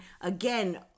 again